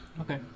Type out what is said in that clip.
Okay